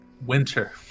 Winter